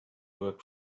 work